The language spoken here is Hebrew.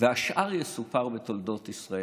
והשאר יסופר בתולדות ישראל".